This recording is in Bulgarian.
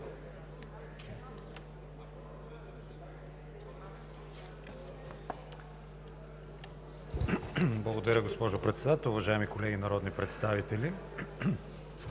Благодаря Ви, госпожо Председател. Уважаеми колеги народни представители,